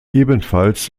ebenfalls